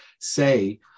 say